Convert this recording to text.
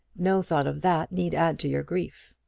no thought of that need add to your grief.